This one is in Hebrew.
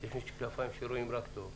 ויש משקפיים שרואים רק טוב.